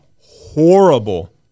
horrible